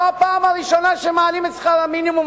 זו לא הפעם הראשונה שמעלים את שכר המינימום,